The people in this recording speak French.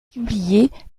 publiées